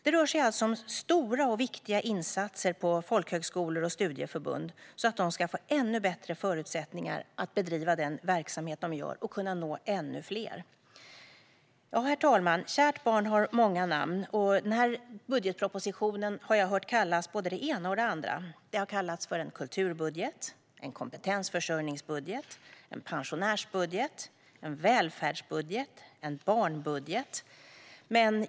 Det rör sig alltså om stora och viktiga insatser på folkhögskolor och studieförbund så att de ska få ännu bättre förutsättningar att bedriva den verksamhet de har och att kunna nå ännu fler. Herr talman! Kärt barn har många namn. Jag har hört denna budgetproposition kallas både det ena och det andra. Den har kallats för en kulturbudget, en kompetensförsörjningsbudget, en pensionärsbudget, en välfärdsbudget och en barnbudget.